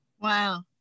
Wow